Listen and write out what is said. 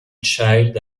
child